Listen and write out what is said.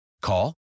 Call